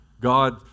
God